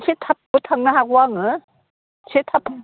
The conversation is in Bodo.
एसे थाबबो थांनो हागौ आङो इसे थाब